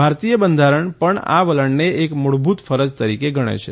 ભારતીય બંધારણ પણ આ વલણને એક મૂળભૂત ફરજ તરીકે ગણે છે